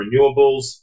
renewables